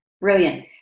Brilliant